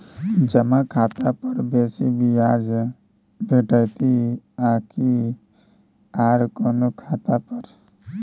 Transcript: जमा खाता पर बेसी ब्याज भेटितै आकि आर कोनो खाता पर?